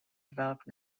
developed